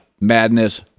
Madness